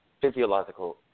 physiological